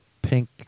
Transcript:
pink